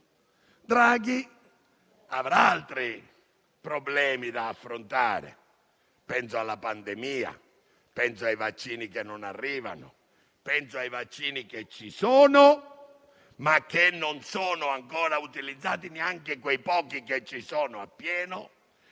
Draghi, che avrà però altri problemi da affrontare. Penso alla pandemia, ai vaccini che non arrivano, ai vaccini che ci sono ma che non sono ancora utilizzati appieno, neanche quei pochi che ci sono; penso